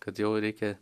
kad jau reikia